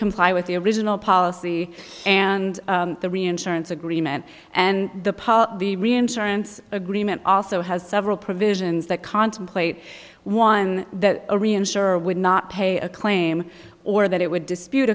comply with the original policy and the reinsurance agreement and the part of the reinsurance agreement also has several provisions that contemplate one that a reinsurer would not pay a claim or that it would dispute